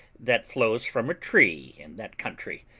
that flows from a tree in that country,